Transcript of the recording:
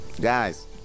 guys